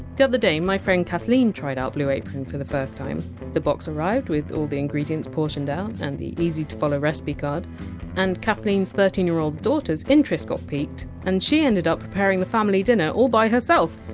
the other day my friend kathleen tried blue apron for the first time the box arrived with all the ingredients portioned out and the easy to follow recipe card and kathleen! s thirteen year old daughter interest got piqued and she ended up preparing the family dinner all by herself,